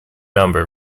number